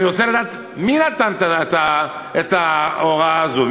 אני רוצה לדעת מי נתן את ההוראה הזאת.